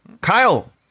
Kyle